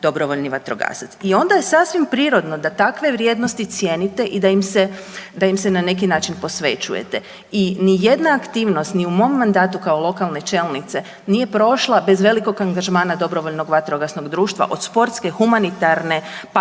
dobrovoljni vatrogasac. I ona je sasvim prirodno da takve vrijednosti cijenite i da im se, da im se na neki način posvećujete. I ni jedna aktivnost ni u mom mandatu kao lokalne čelnice nije prošla bez velikog angažmana dobrovoljnog vatrogasnog društva, od sportske, humanitarne pa